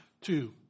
two